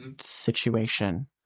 situation